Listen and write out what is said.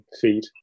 feed